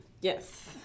Yes